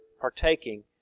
partaking